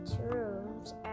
rooms